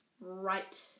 Right